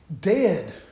dead